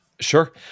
Sure